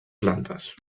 plantes